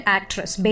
Actress